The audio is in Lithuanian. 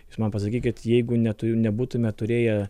jūs man pasakykit jeigu ne tu nebūtume turėję